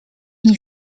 nie